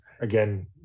again